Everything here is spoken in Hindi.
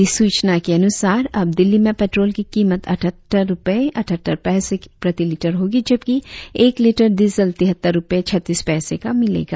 अधिसूचना के अनुसार अब दिल्ली में पेट्रोल की कीमत अठहत्तर रुपये अठहत्तर पैसे प्रतिलीटर होगी जबकि एक लीटर डीजल तिहत्तर रुपये छत्तीस पैसे का मिलेगा